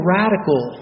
radical